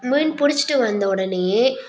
மீன் பிடிச்சிட்டு வந்த உடனேயே